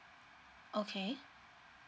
okay